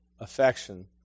affection